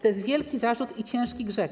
To jest wielki zarzut i ciężki grzech.